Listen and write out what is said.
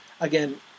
again